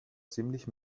ziemlich